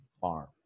farm